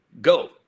go